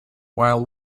while